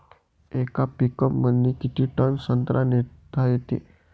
येका पिकअपमंदी किती टन संत्रा नेता येते?